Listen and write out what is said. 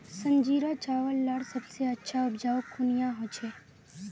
संजीरा चावल लार सबसे अच्छा उपजाऊ कुनियाँ होचए?